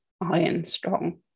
iron-strong